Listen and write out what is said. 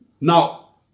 now